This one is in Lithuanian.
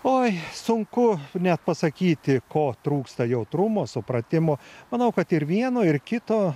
oi sunku net pasakyti ko trūksta jautrumo supratimo manau kad ir vieno ir kito